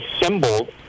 assembled